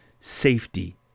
safety